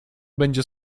będzie